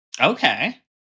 okay